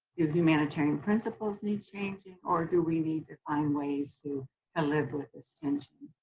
humanitarian principles need changing? or do we need to find ways to to live with this tension?